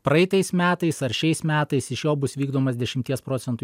praeitais metais ar šiais metais iš jo bus vykdomos dešimties procentų